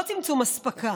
לא צמצום אספקה